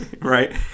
right